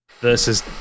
versus